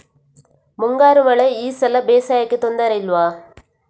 ಮುಂಗಾರು ಮಳೆ ಈ ಸಲ ಬೇಸಾಯಕ್ಕೆ ತೊಂದರೆ ಇಲ್ವ?